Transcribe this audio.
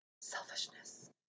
selfishness